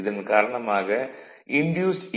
இதன் காரணமாக இன்டியூஸ்ட் ஈ